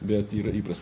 bet yra ypras